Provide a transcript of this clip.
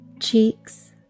cheeks